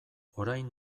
orain